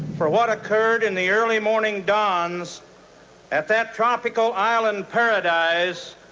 for what occurred in the early morning dawns at that tropical island paradise,